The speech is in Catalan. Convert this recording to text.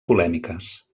polèmiques